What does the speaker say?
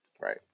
Right